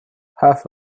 half